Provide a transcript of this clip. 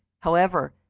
however,